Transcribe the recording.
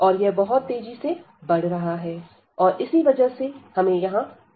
और यह बहुत तेजी से बढ़ रहा है और इसी वजह से हमें यहां मिल रहा है